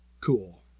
cool